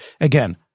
again